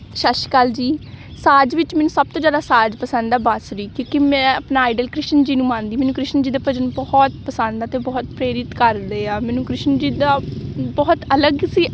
ਸਤਿ ਸ਼੍ਰੀ ਅਕਾਲ ਜੀ ਸਾਜ ਵਿੱਚ ਮੈਨੂੰ ਸਭ ਤੋਂ ਜ਼ਿਆਦਾ ਸਾਜ ਪਸੰਦ ਆ ਬਾਂਸਰੀ ਕਿਉਂਕਿ ਮੈਂ ਆਪਣਾ ਆਈਡਲ ਕ੍ਰਿਸ਼ਨ ਜੀ ਨੂੰ ਮੰਨਦੀ ਮੈਨੂੰ ਕ੍ਰਿਸ਼ਨ ਜੀ ਦਾ ਭਜਨ ਬਹੁਤ ਪਸੰਦ ਆ ਅਤੇ ਬਹੁਤ ਪ੍ਰੇਰਿਤ ਕਰਦੇ ਆ ਮੈਨੂੰ ਕ੍ਰਿਸ਼ਨ ਜੀ ਦਾ ਬਹੁਤ ਅਲੱਗ ਸੀ